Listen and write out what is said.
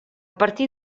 partir